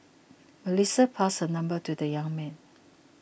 Melissa passed her number to the young man